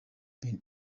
been